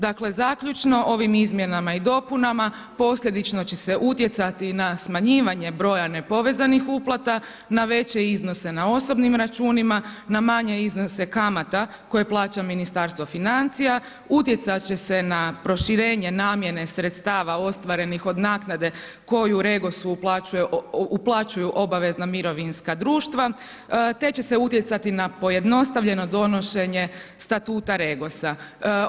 Dakle, zaključno, ovim izmjenama i dopunama, posljedično će se utjecati na smanjivanje broja nepovezanih uplata, na veće iznose na osobnim računima, na manjim iznose kamata, koje plaća Ministarstvo financija, utjecati će se na proširenje, namjene sredstava, ostvarenih od naknade, koji u REGOS uplaćuju obavezna mirovinska društva, te će se utjecati na pojednostavljeno donošenje statua REGOS-a.